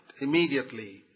immediately